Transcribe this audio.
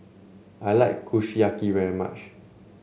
I like Kushiyaki very much